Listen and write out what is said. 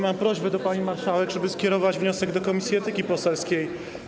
Mam prośbę do pani marszałek, żeby skierować wniosek do Komisji Etyki Poselskiej.